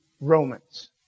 Romans